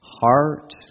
heart